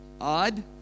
odd